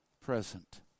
present